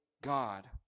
God